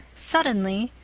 suddenly,